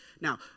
Now